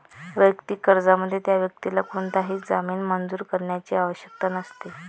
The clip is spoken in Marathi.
वैयक्तिक कर्जामध्ये, त्या व्यक्तीला कोणताही जामीन मंजूर करण्याची आवश्यकता नसते